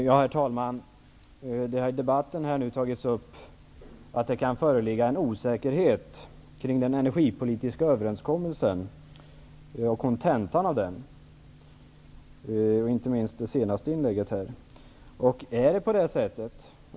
Herr talman! I debatten har det nu tagits upp att det kan föreligga osäkerhet kring den energipolitiska överenskommelsen och kontentan av den. Detta sades inte minst i det senaste inlägget.